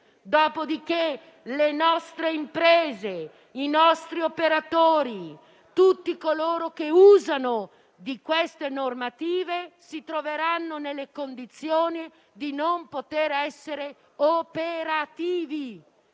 Dopodiché, le nostre imprese, i nostri operatori, tutti i soggetti interessati da queste misure si troveranno nelle condizioni di non poter essere operativi.